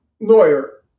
lawyer